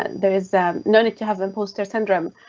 there is no need to have imposter syndrome.